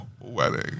Wedding